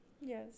Yes